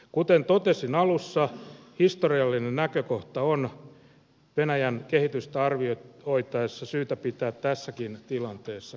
kuten totesin alussa historiallinen näkökohta on venäjän kehitystä arvioitaessa syytä pitää tässäkin tilanteessa kirkkaasti mielessä